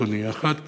אדוני: האחת,